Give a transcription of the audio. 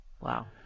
Wow